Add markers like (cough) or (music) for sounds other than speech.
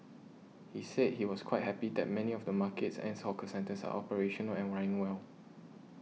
he said he was quite happy that many of the markets and (noise) hawker centres are operational and running well